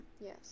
Yes